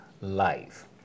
life